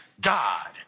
God